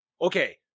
okay